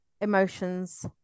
emotions